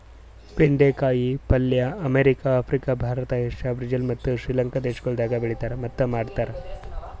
ಬೆಂಡೆ ಕಾಯಿ ಪಲ್ಯ America, Africa, Bharat, Asia, Brazil ಮತ್ತ್ ಶ್ರೀ ಲಂಕಾ ದೇಶಗೊಳ್ದಾಗ್ ಬೆಳೆತಾರ್ ಮತ್ತ್ ಮಾಡ್ತಾರ್